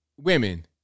women